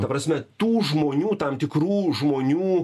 ta prasme tų žmonių tam tikrų žmonių